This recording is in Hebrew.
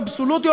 אבסולוטיות,